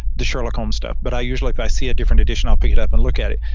the sherlock holmes stuff, but i usually if i see a different edition, i'll pick it up and look at it.